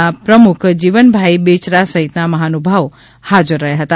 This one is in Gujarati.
ના પ્રમુખ જીવનભાઇ બેચરા સહિતના મહાનુભાવો હાજર રહ્યા હતા